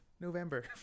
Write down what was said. November